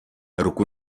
ruku